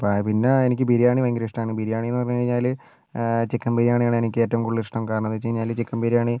പ പിന്നേ എനിക്ക് ബിരിയാണി ഭയങ്കര ഇഷ്ടമാണ് ബിരിയാണി എന്ന് പറഞ്ഞുകഴിഞ്ഞാൽ ചിക്കൻ ബിരിയാണിയാണ് എനിക്ക് ഏറ്റവും കൂടുതൽ ഇഷ്ടം കാരണം എന്ന് വെച്ചുകഴിഞ്ഞാൽ ചിക്കൻ ബിരിയാണി